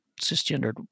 cisgendered